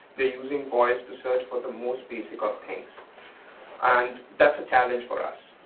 they're using voice to search for the most basic of things and that's a challenge for us.